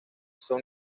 son